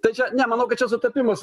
tai čia ne manau kad čia sutapimas